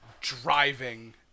driving